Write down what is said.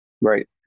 Right